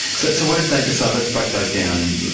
so so what did they decide? let's break those down.